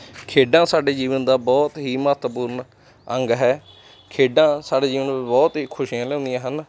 ਖੇਡਾਂ ਸਾਡੇ ਜੀਵਨ ਦਾ ਬਹੁਤ ਹੀ ਮਹੱਤਵਪੂਰਨ ਅੰਗ ਹੈ ਖੇਡਾਂ ਸਾਡੇ ਜੀਵਨ ਵਿੱਚ ਬਹੁਤ ਹੀ ਖੁਸ਼ੀਆਂ ਲਿਆਉਂਦੀਆਂ ਹਨ